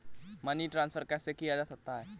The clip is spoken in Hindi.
मनी ट्रांसफर कैसे किया जा सकता है?